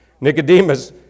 Nicodemus